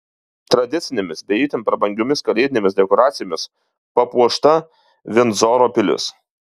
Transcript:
tradicinėmis bei itin prabangiomis kalėdinėmis dekoracijomis papuošta vindzoro pilis